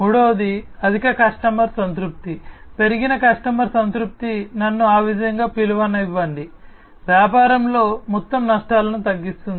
మూడవది అధిక కస్టమర్ సంతృప్తి పెరిగిన కస్టమర్ సంతృప్తి నన్ను ఆ విధంగా పిలవనివ్వండి వ్యాపారంలో మొత్తం నష్టాలను తగ్గిస్తుంది